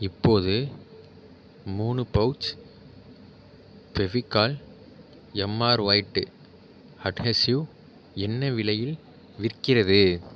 இப்போது மூணு pouch Fevicol MR white adhesive என்ன விலையில் விற்கிறது